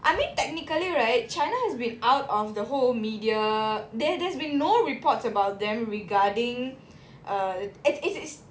I mean technically right china has been out of the whole media there there's been no reports about them regarding uh it's it's it's